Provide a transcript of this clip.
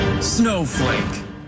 Snowflake